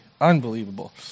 Unbelievable